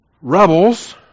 rebels